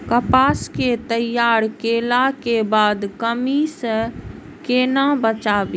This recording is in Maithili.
कपास के तैयार कैला कै बाद नमी से केना बचाबी?